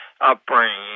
upbringing